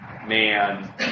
man